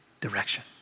direction